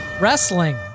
wrestling